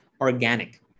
organic